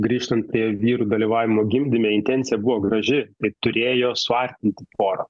grįžtant prie vyrų dalyvavimo gimdyme intencija buvo graži tai turėjo suartinti porą